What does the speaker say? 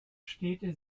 städte